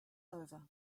over